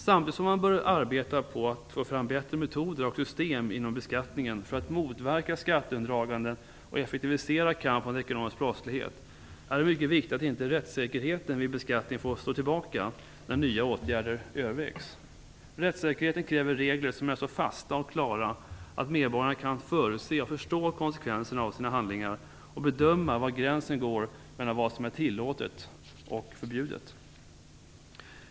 Samtidigt som man bör arbeta på att få fram bättre metoder och system inom beskattningen för att motverka skatteundandragande och effektivisera kampen mot ekonomisk brottslighet är det mycket viktigt att inte rättssäkerheten vid beskattningen får stå tillbaka när nya åtgärder övervägs. Rättssäkerheten kräver regler som är så fasta och klara att medborgarna kan förutse och förstå konsekvenserna av sina handlingar och bedöma var gränsen går mellan vad som tillåtet och förbjudet.